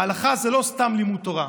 ההלכה זה לא סתם לימוד תורה.